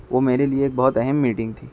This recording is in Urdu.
وہ میرے لیے ایک بہت اہم میٹنگ تھی